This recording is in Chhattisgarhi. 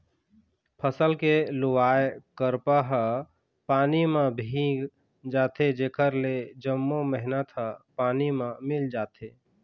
फसल के लुवाय करपा ह पानी म भींग जाथे जेखर ले जम्मो मेहनत ह पानी म मिल जाथे